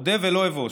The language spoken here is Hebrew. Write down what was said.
אודה ולא אבוש: